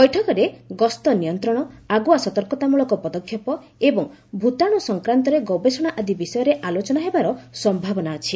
ବୈଠକରେ ଗସ୍ତ ନିୟନ୍ତ୍ରଣ ଆଗୁଆ ସତର୍କତାମଳକ ପଦକ୍ଷେପ ଏବଂ ଭୂତାଣୁ ସଂକ୍ରାନ୍ତରେ ଗବେଷଣା ଆଦି ବିଷୟରେ ଆଲୋଚନା ହେବାର ସମ୍ଭାବନା ଅଛି